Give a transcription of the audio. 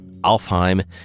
Alfheim